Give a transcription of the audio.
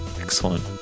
excellent